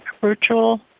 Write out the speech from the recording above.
virtual